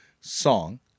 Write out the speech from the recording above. song